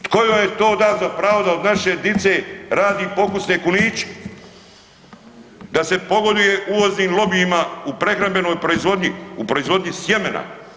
Tko joj je to da za pravo da od naše dice radi pokusne kuniće, da se pogoduje uvoznim lobijima u prehrambenoj proizvodnji, u proizvodnji sjemena?